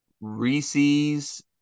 reese's